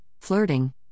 flirting